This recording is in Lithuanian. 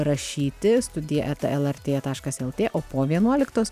rašyti studija eta lrt taškas lt o po vienuoliktos